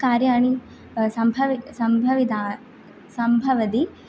कार्याणि सम्भवति सम्भविता सम्भवति